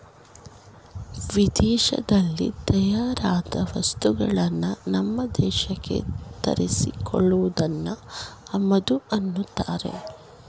ವಿದೇಶದಲ್ಲಿ ತಯಾರಾದ ವಸ್ತುಗಳನ್ನು ನಮ್ಮ ದೇಶಕ್ಕೆ ತರಿಸಿ ಕೊಳ್ಳುವುದನ್ನು ಆಮದು ಅನ್ನತ್ತಾರೆ